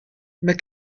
mais